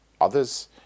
others